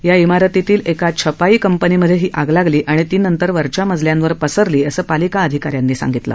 या इमारतीतील एका छपाई कंपनी मध्ये हि आग लागली आणि ती वरच्या मजल्यांवर पसरली असं पालिका अधिकाऱयांनी सांगितलं